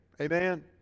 Amen